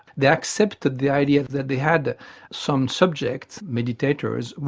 they accept the the idea that they had some subjects, meditators,